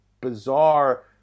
bizarre